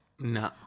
No